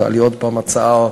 תעלי עוד הפעם הצעה.